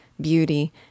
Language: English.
beauty